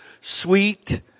sweet